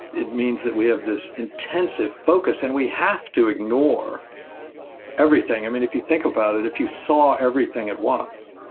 it means that we have this intensive focus and we have to ignore everything. and if you think about it, if you saw everything at once,